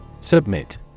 Submit